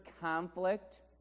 conflict